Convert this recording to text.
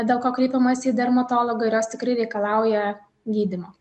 dėl ko kreipiamasi į dermatologą ir jos tikrai reikalauja gydymo